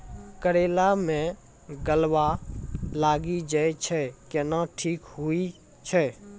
करेला मे गलवा लागी जे छ कैनो ठीक हुई छै?